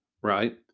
right